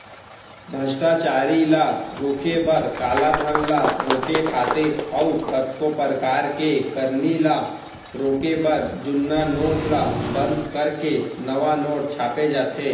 भस्टाचारी ल रोके बर, कालाधन ल रोके खातिर अउ कतको परकार के करनी ल रोके बर जुन्ना नोट ल बंद करके नवा नोट छापे जाथे